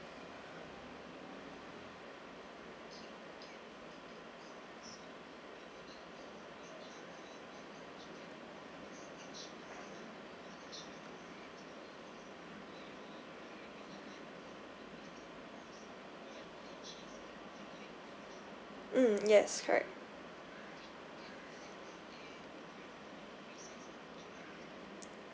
mm yes correct